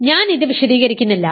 ഞാൻ ഇത് വിശദീകരിക്കുന്നില്ല